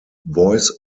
voice